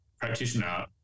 practitioner